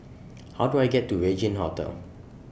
How Do I get to Regin Hotel